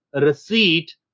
receipt